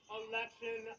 election